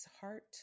heart